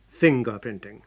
fingerprinting